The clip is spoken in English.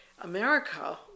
America